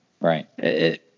Right